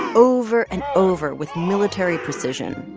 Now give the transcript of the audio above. over and over, with military precision